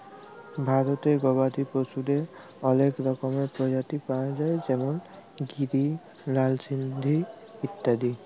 ভারতে গবাদি পশুদের অলেক রকমের প্রজাতি পায়া যায় যেমল গিরি, লাল সিন্ধি ইত্যাদি